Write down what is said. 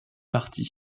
parties